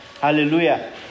Hallelujah